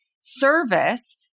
service